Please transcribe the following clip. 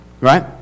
right